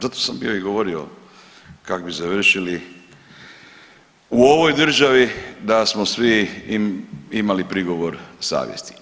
Zato sam bio i govorio kak bi završili u ovoj državi da smo svi imali prigovor savjesti.